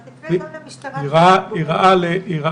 אז תפנה גם למשטרה --- היא רעה לכולם.